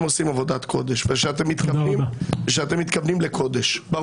עושים עבודת קודש ושאתם מתכוונים לקודש.